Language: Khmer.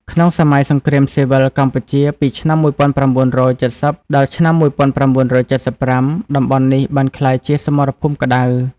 ក្នុងសម័យសង្គ្រាមស៊ីវិលកម្ពុជា ពីឆ្នាំ ១៩៧០ ដល់ ឆ្នាំ ១៩៧៥ តំបន់នេះបានក្លាយជាសមរភូមិក្តៅ។